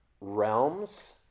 realms